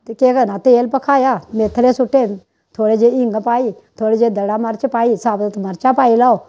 ते केह् करना तेल भखाया मेथरे सुट्टे थोह्ड़े जेही हिंग पाई थोह्ड़े जेह् दड़ा मर्च पाई साबत मर्चां पाई लैओ